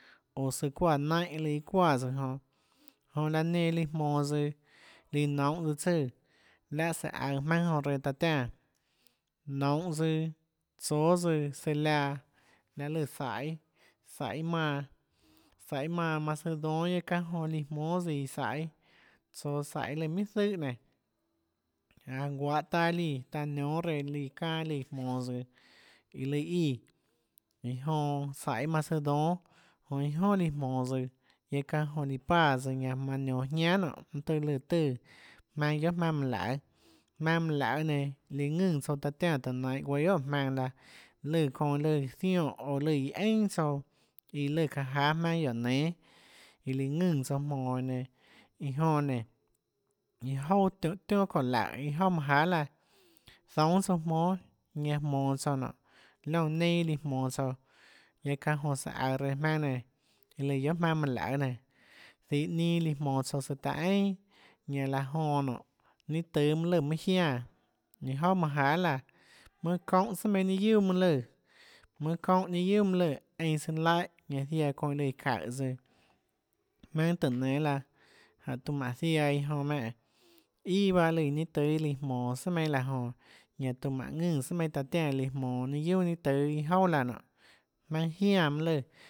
Oå søã søã çuáã naínhã iâ lùã iâ çuáã tsøã jonã jonã laã nenã lùã jmonå tsøã lùã nounhå tsøã tsùã láhã sùhå aøå jmaønâ jonã reã taã tiánã nounhå tsøã tsóâ tsøã søã liaã laê lùã zaiê manå zaiê manã manã søã dónâ guiaâ çánhã jonã líã jmñâ tsøã íã saiê tsoå saiê lùã minhà zùhã nénå anå guahå taâ líã taã niónâ reã líâ çanâ líã jmonå tsøãiã lùã íã iã jonã saiê manã søã dónâ jonã iâ jonà líã jmonå tsøã guiaâ ç. ahã joã líã páã tsøã ñanã manã nionå jiánà nonê mønã tøâ lùã tùã jmaønâ guiohà jmaønâ mønã laøê jmaønã nenã lùã ðùnã tsouã taã tiánã tùhå ainhå guéâ guiohà óå jmaønã laã lùã çounã lùã zionè oå lùã iã einà tsouã iã lùã çaã jáâ jmaønâ guióå nénâ iã lùã ðùnã tsouã jmonå iã nenã iã jonã nénå iâ jouà tionà ðoè laùhå iâ jouà manâ jahà laã zoúnâ tsouã jmónâ liónã nenâ líã jmonå tsouã guiaâ çánhã jonã sùhå aøå reã jmaønâ nenã iã lùã guiohà jmaønâ manã laøê nenã zinhå ninâ líã jmonå søã taã einà ñanã laã jonã nonê ninâ tùâ mønâ lùã mønâ jiánã iâ jouà manã jahà laã mønâ çoúnhã sùà meinhâ ninâ guiuà mønâ lùã mønâ çoúnhã ninâ guiuà mønâ lùã einã søã laíhã ñanã ziaã çounâ lùã çaùhå tsøã jmaønâ tùhå nénâ laã jánhå tiuã mánhå ziaã iã jonã menè ià bahâ lùã ninâ tùâ iã jmonå sùà meinhâ laã jonã ñanãtáå mánhå ðùnã sùà meinhâ taã tiánã iã lùã jmonå ninâ guiuà ninâ tùâ iâ jouà laã nonê jmaønâ jiánã mønâ lùã